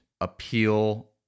appeal